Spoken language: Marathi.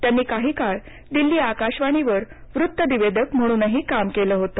त्यानी काही काळ दिल्ली आकाशवाणीवर वृत्तनिवेदक म्हणून ही कामं केलं होत